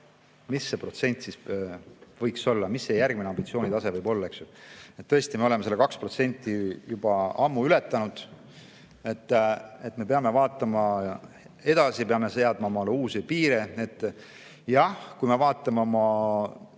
mis see protsent võiks olla, mis see järgmine ambitsioonitase võiks olla. Tõesti, me oleme selle 2% juba ammu ületanud, me peame vaatama edasi, peame seadma omale uusi piire. Jah, kui me vaatame oma